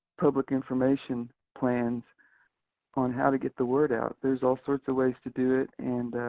public information plans on how to get the word out, there's all sorts of ways to do it, and